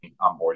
onboarding